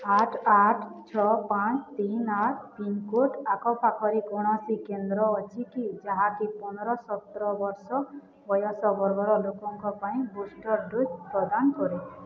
ଆଠ ଆଠ ଛଅ ପାଞ୍ଚ ତିନି ଆଠ ପିନ୍କୋଡ଼୍ ଆଖପାଖରେ କୌଣସି କେନ୍ଦ୍ର ଅଛି କି ଯାହାକି ପନ୍ଦର ସତର ବର୍ଷ ବୟସ ବର୍ଗର ଲୋକଙ୍କ ପାଇଁ ବୁଷ୍ଟର୍ ଡ଼ୋଜ୍ ପ୍ରଦାନ କରେ